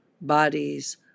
bodies